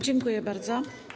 Dziękuję bardzo.